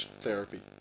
therapy